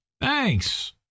Thanks